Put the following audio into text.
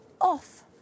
off